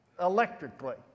electrically